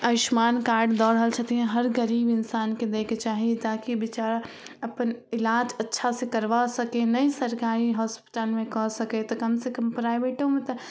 Ayushman card दऽ रहल छथिन हर गरीब इन्सानके दैके चाही ताकि बेचारा अपन इलाज अच्छासे करबा सकै नहि सरकारी हॉस्पिटलमे कऽ सकै तऽ कमसँ कम प्राइवेटोमे तऽ